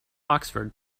oxford